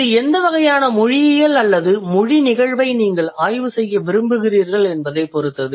இது எந்த வகையான மொழியியல் அல்லது மொழி நிகழ்வை நீங்கள் ஆய்வுசெய்ய விரும்புகிறீர்கள் என்பதைப் பொறுத்தது